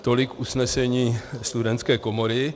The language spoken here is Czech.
Tolik usnesení Studentské komory.